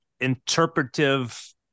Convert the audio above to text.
interpretive